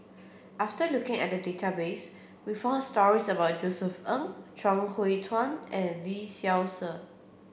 after looking at the database we found stories about Josef Ng Chuang Hui Tsuan and Lee Seow Ser